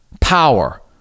power